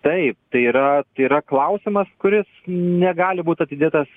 taip tai yra tai yra klausimas kuris negali būt atidėtas